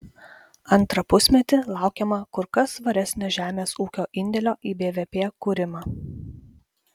antrą pusmetį laukiama kur kas svaresnio žemės ūkio indėlio į bvp kūrimą